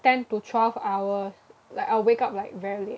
ten to twelve hours like I'll wake up like very late